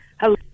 Hello